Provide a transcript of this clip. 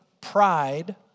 pride